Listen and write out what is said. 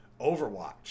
Overwatch